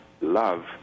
love